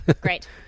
Great